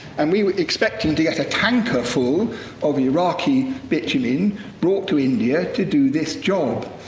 and we were expecting to get a tanker full of iraqi bitumen brought to india to do this job.